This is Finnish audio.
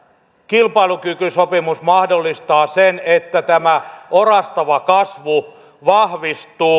kilpailukykysopimus mahdollistaa sen että tämä orastava kasvu vahvistuu